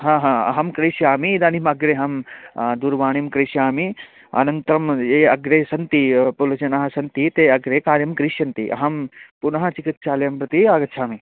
हा हा अहं करिष्यामि इदानीम् अग्रे अहं दुरवाणीं करिष्यामि अनन्तरं ये ये अग्रे सन्ति पोलिश् जनाः सन्ति ते अग्रे कार्यं करिष्यन्ति अहं पुनः चिकित्सालयं प्रति आगच्छामि